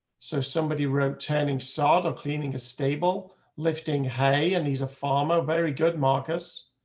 so somebody wrote turning solder cleaning a stable lifting. hey, and he's a farmer. very good. marcus,